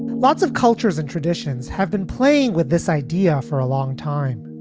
lots of cultures and traditions have been playing with this idea for a long time.